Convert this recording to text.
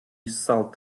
cell